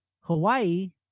Hawaii